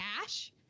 cash